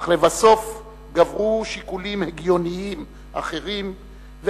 אך לבסוף גברו שיקולים "הגיוניים" אחרים,